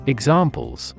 Examples